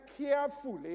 carefully